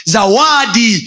Zawadi